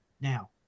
Now